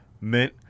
Mint